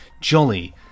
jolly